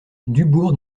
dubourg